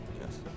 Yes